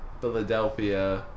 Philadelphia